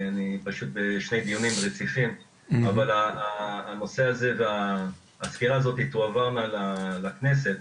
אבל הנושא הזה והסקירה הזאת תועבר לכנסת.